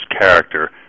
character